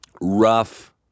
rough